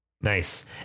Nice